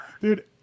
Dude